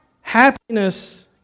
Happiness